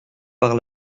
par